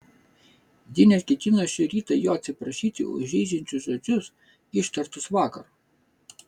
ji net ketino šį rytą jo atsiprašyti už žeidžiančius žodžius ištartus vakar